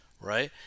Right